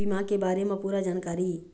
बीमा के बारे म पूरा जानकारी?